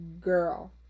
Girl